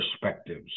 perspectives